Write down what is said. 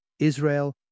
Israel